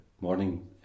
morning